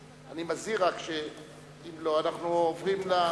אני מזהיר רק שאם לא, אנחנו עוברים לשלב הבא.